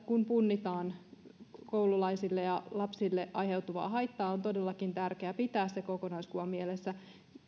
kun punnitaan koululaisille ja lapsille aiheutuvaa haittaa tästä on todellakin tärkeää pitää se kokonaiskuva mielessä